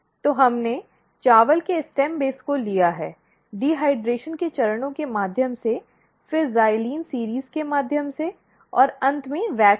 तो हमने चावल के स्टेम बेस को लिया है डिहाइड्रेशन के चरणों के माध्यम से फिर ज़ाइलिन श्रृंखला के माध्यम से और अंत में मोम में